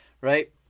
right